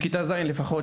מכתה ז' לפחות,